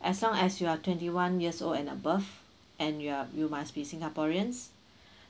as long as you're twenty one years old and above and you're you must be singaporeans